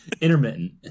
Intermittent